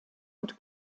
und